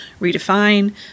redefine